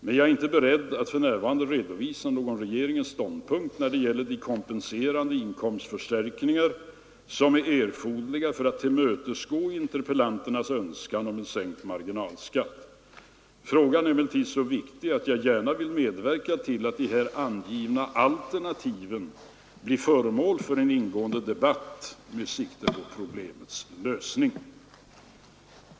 Men jag är inte beredd att för närvarande redovisa någon regeringens ståndpunkt när det gäller de kompenserande inkomstförstärkningar som är erforderliga för att tillmötesgå interpellanternas önskan om en sänkt marginalskatt. Frågan är emellertid så viktig att jag gärna vill medverka till att de här angivna alternativen blir föremål för en ingående debatt med sikte på problemets lösning.